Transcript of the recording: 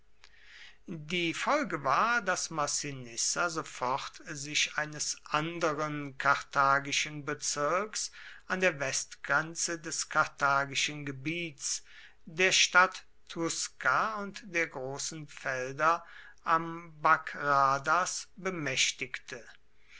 die folge war daß massinissa sofort sich eines anderen karthagischen bezirks an der westgrenze des karthagischen gebiets der stadt tusca und der großen felder am bagradas bemächtigte